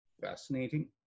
fascinating